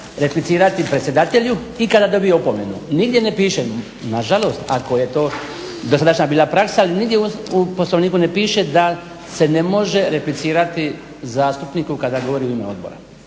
može samo replicirati predsjedatelju i kada dobije opomenu. Nigdje ne piše nažalost ako je to bila dosadašnja praksa nigdje u poslovniku ne piše da se ne može replicirati zastupniku kada govori u ime odbora.